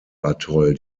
atoll